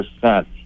percent